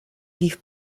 lief